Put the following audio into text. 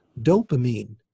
Dopamine